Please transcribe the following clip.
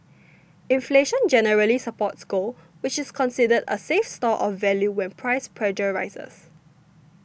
inflation generally supports gold which is considered a safe store of value when price pressures rise